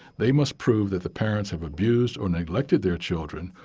they must prove that the parents have abused or neglected their children,